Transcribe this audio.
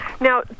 Now